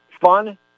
fun